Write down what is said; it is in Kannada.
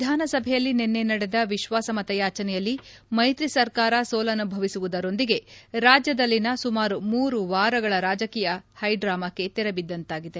ವಿಧಾನಸಭೆಯಲ್ಲಿ ನಿನ್ನೆ ನಡೆದ ವಿಶ್ವಾಸಮತ ಯಾಚನೆಯಲ್ಲಿ ಮೈತ್ರಿ ಸರ್ಕಾರ ಸೋಲನುಭವಿಸುವುದರೊಂದಿಗೆ ರಾಜ್ಯದಲ್ಲಿನ ಸುಮಾರು ಮೂರು ವಾರಗಳ ರಾಜಕೀಯ ಹೈಡ್ರಾಮಕ್ಕೆ ತೆರೆ ಬಿದ್ದಂತಾಗಿದೆ